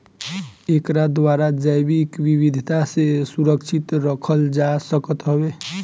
एकरा द्वारा जैविक विविधता के सुरक्षित रखल जा सकत हवे